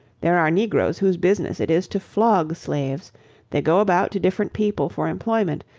there are negroes whose business it is to flog slaves they go about to different people for employment,